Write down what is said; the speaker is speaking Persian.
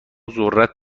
ذرت